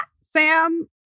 Sam